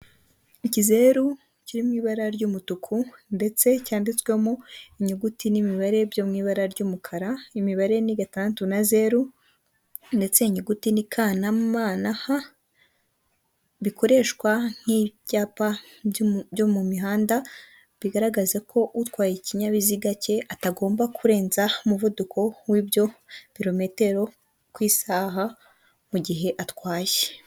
Ikizeru kiri mu ibara ry'umutuku ndetse cyanditswemo inyuguti n'imibare byo mu ibara ry'umukara; imibare ni gatandatu na zeru, ndetse inyuguti ni ka na ma na ha, bikoreshwa nk'ibyapa byo mu mihanda; bigaraga ko utwaye ikinyabiziga cye atagomba kurenza umuvuduko w'ibyo birometero ku isaha mu gihe atwaye.